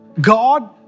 God